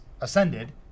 ascended